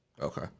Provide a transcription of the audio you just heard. Okay